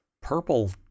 Purple